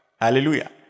Hallelujah